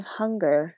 hunger